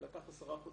לקח עשרה חודשים.